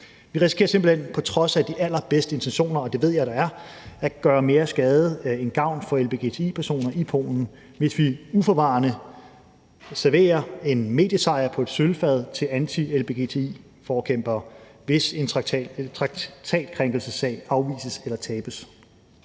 Vi risikerer simpelt hen på trods af de allerbedste intentioner – og det ved jeg der er – at gøre mere skade end gavn for lgbti-personer i Polen, hvis vi uforvarende serverer en mediesejr på et sølvfad til anti-lgbti-forkæmpere, altså hvis en traktatskrænkelsessag afvises eller tabes.